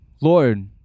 Lord